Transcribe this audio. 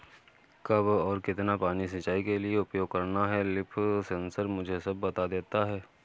कब और कितना पानी सिंचाई के लिए उपयोग करना है लीफ सेंसर मुझे सब बता देता है